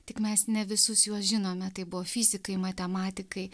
tik mes ne visus juos žinome tai buvo fizikai matematikai